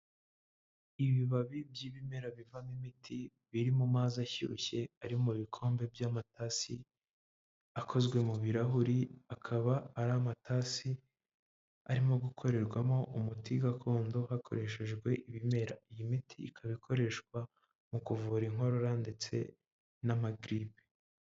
Ibibabi by'ibimera bivamo imiti, biri mu mazi ashyushye ari mu bikombe by'amatasi, akozwe mu birahuri, akaba ari amatasi arimo gukorerwamo umuti gakondo hakoreshejwe ibimera. Iyi miti ikaba ikoreshwa mu kuvura inkorora ndetse n'amagiripe.